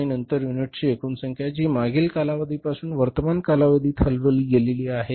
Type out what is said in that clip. आणि त्यानंतरच्या युनिटची एकूण संख्या जी मागील कालावधीपासून वर्तमान कालावधीत हलविली गेली आहे